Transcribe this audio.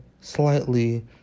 slightly